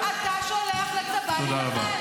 חבר הכנסת הרצנו.